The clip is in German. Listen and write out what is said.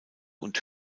und